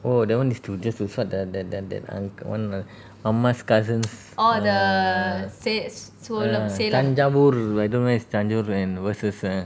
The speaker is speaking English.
oh that one is to just to sort the the the that unc~ one err ah ma's cousins err ah Thanjavur I don't where is Thanjavur and